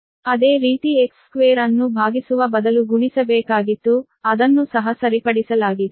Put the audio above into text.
ಅದೇ ರೀತಿ x2 ಅನ್ನು ಭಾಗಿಸುವ ಬದಲು ಗುಣಿಸಬೇಕಾಗಿತ್ತು ಅದನ್ನು ಸಹ ಸರಿಪಡಿಸಲಾಗಿದೆ